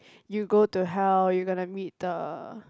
you go to hell you're gonna meet the